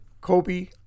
Kobe